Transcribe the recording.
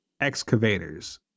excavators